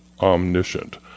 omniscient